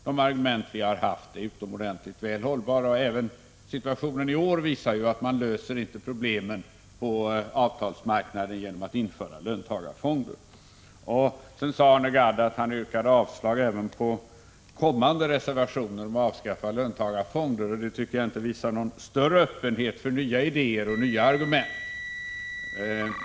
De argument vi har haft är utomordentligt hållbara, och även i år visar det sig att man inte löser problemen på avtalsmarknaden genom löntagarfonder. Arne Gadd sade att han yrkade avslag även på kommande reservationer om avskaffande av löntagarfonder. Det tycker jag inte visar någon större öppenhet för nya idéer och nya argument.